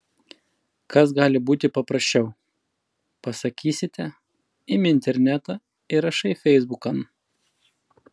kas gali būti paprasčiau pasakysite imi internetą ir rašai feisbukan